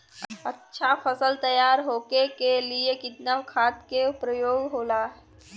अच्छा फसल तैयार होके के लिए कितना खाद के प्रयोग होला?